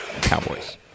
Cowboys